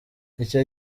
icyo